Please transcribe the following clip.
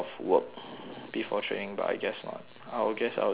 before training but I guess not I'll guess I will do it after